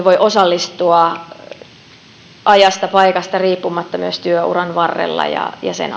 voi osallistua ajasta paikasta riippumatta myös työuran varrella ja ja sen